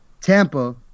Tampa